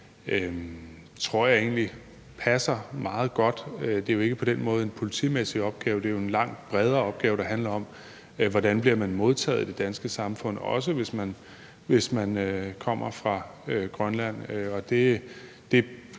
tror jeg egentlig passer meget godt. Det er jo ikke på den måde en politimæssig opgave; det er en langt bredere opgave, der handler om, hvordan man bliver modtaget i det danske samfund, også hvis man kommer fra Grønland.